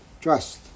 Trust